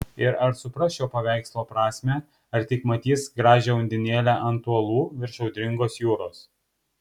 ir ar supras šio paveikslo prasmę ar tik matys gražią undinėlę ant uolų virš audringos jūros